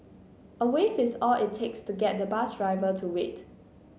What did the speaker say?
a wave is all it takes to get the bus driver to wait